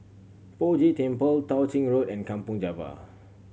Poh Jay Temple Tao Ching Road and Kampong Java